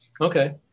Okay